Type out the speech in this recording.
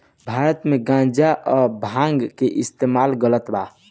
भारत मे गांजा आ भांग के इस्तमाल गलत बा